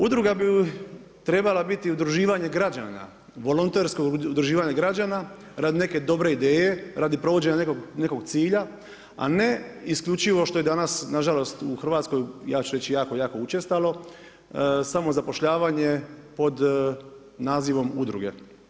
Udruga bi trebala biti udruživanje građana, volontersko udruživanje građana, radi neke dobre ideje, radi provođenja nekog cilja, a ne isključivo što je danas na žalost u Hrvatskoj ja ću reći jako, jako učestalo samozapošljavanje pod nazivom udruge.